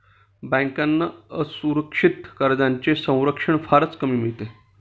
बँकांना असुरक्षित कर्जांचे संरक्षण फारच कमी मिळते